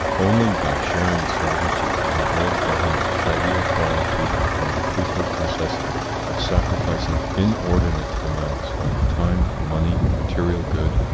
only by sharing sovereignty in a world government shall we acquire freedom from the frequent necessity of sacrificing inordinate amounts of time, money, material good,